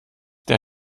der